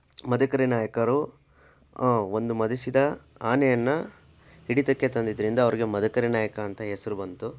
ಮದಕರಿ ನಾಯಕರು ಒಂದು ಮದಿಸಿದ ಆನೆಯನ್ನ ಹಿಡಿತಕ್ಕೆ ತಂದಿದ್ದರಿಂದ ಅವರಿಗೆ ಮದಕರಿ ನಾಯಕ ಅಂತ ಹೆಸ್ರು ಬಂತು